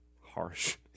Harsh